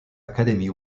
academy